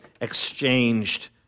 exchanged